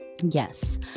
yes